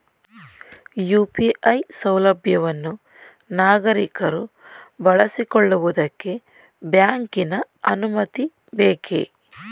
UPI ಸೌಲಭ್ಯವನ್ನು ನಾಗರಿಕರು ಬಳಸಿಕೊಳ್ಳುವುದಕ್ಕೆ ಬ್ಯಾಂಕಿನ ಅನುಮತಿ ಬೇಕೇ?